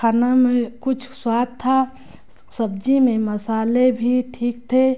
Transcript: खाना में कुछ स्वाद था सब्ज़ी में मसाले भी ठीक थे